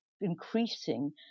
increasing